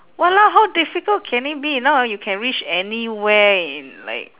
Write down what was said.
!walao! how difficult can it be now ah you can reach anywhere in like